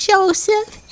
Joseph